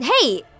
Hey